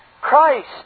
Christ